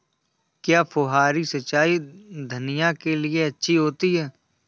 क्या फुहारी सिंचाई धनिया के लिए अच्छी होती है?